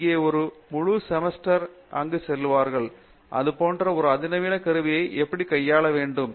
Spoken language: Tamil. எங்கே ஒரு முழு செமஸ்டர் மாணவர் எங்கு செல்லுவார்கள் இது போன்ற ஒரு அதிநவீன கருவியை எப்படி கையாள வேண்டும்